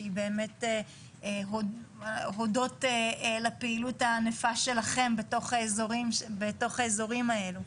שהיא באמת אודות לפעילות הענפה שלכם בתוך האזורים האלו,